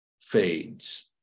fades